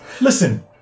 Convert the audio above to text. Listen